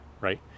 right